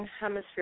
Hemisphere